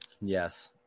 Yes